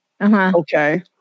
okay